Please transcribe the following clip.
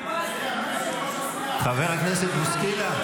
חבר הכנסת בוסקילה,